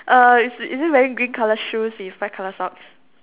uh is is it wearing green colour shoes with white colour socks